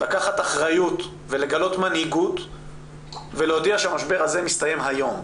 לקחת אחריות ולגלות מנהיגות ולהודיע שהמשבר הזה מסתיים היום.